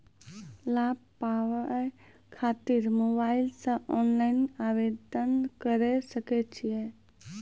लाभ पाबय खातिर मोबाइल से ऑनलाइन आवेदन करें सकय छियै?